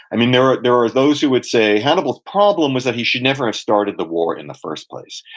i mean, there are there are those who would say hannibal's problem was that he should never have started the war in the first place.